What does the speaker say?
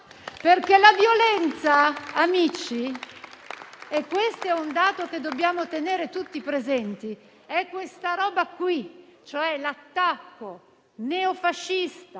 perché la violenza, amici - questo è un dato che dobbiamo tenere tutti presente - è questa roba qui, cioè l'attacco neofascista